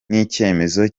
n’icyemezo